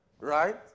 Right